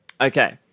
Okay